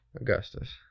Augustus